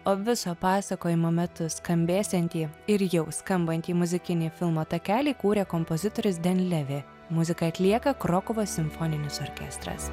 o viso pasakojimo metu skambėsiantį ir jau skambantį muzikinį filmo takelį kūrė kompozitorius den levi muziką atlieka krokuvos simfoninis orkestras